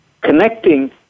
Connecting